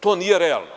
To nije realno.